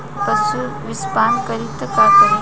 पशु विषपान करी त का करी?